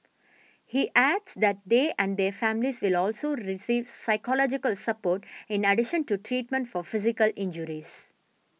he adds that they and their families will also receive psychological support in addition to treatment for physical injuries